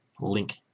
link